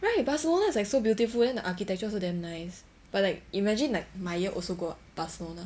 right it's like so beautiful then the architecture always damn nice but like imagine like my year also go barcelona